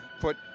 put